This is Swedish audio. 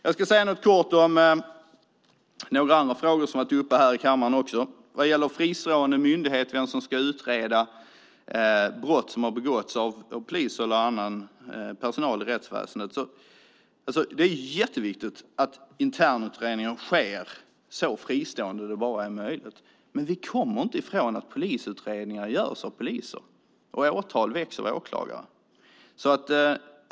Jag ska säga något kort om några andra frågor som har varit uppe här i kammaren. Vad gäller fristående myndigheter och vem som ska utreda brott som har begåtts av poliser eller annan personal i rättsväsendet är det jätteviktigt att internutredningen sker så fristående det bara är möjligt. Men vi kommer inte ifrån att polisutredningar görs av poliser och åtal väcks av åklagare.